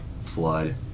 flood